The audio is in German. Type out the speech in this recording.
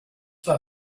war